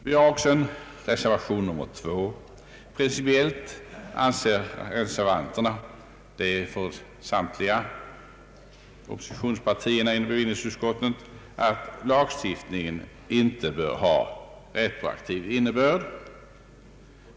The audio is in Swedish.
Vi har också fogat en reservation 2 till betänkandet. Principiellt anser vi reservanter — samtliga utskottsledamöter från oppositionspartierna — att lagstiftningen inte bör ha retroaktiv verkan.